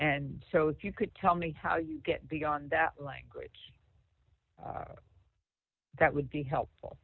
and so if you could tell me how you get beyond that language that would be helpful